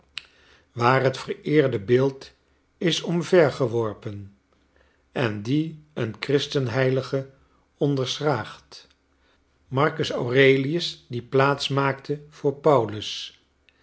waar van het vereerde beeld is omvergeworpen en die een christenheilige onderschraagt marcus aurelius die plaats maakte voor paulus